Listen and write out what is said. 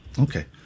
Okay